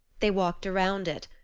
they walked around it,